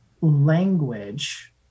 language